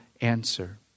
answer